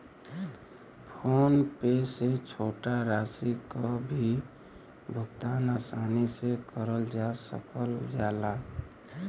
phone पे से छोटा राशि क भी भुगतान आसानी से करल जा सकल जाला